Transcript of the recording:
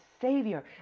savior